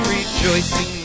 rejoicing